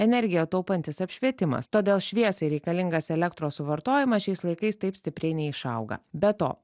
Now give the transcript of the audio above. energiją taupantis apšvietimas todėl šviesai reikalingas elektros suvartojimas šiais laikais taip stipriai neišauga be to